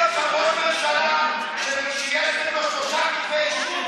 אין גם ראש ממשלה שיש לו שלושה כתבי אישום,